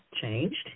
changed